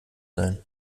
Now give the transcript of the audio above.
sein